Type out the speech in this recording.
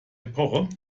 epoche